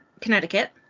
Connecticut